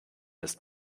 ist